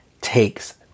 takes